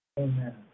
Amen